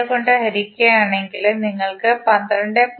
632 കൊണ്ട് ഹരിക്കുകയാണെങ്കിൽ നിങ്ങൾക്ക് 12